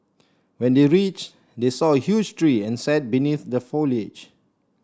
when they reach they saw a huge tree and sat beneath the foliage